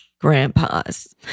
grandpas